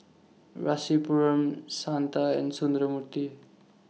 Rasipuram Santha and Sundramoorthy